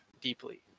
deeply